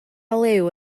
liw